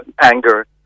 anger